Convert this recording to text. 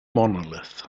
monolith